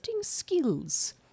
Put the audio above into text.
skills